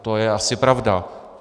To je asi pravda.